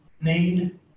need